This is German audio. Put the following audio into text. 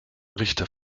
richter